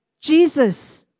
Jesus